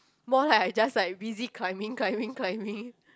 more like I just like busy climbing climbing climbing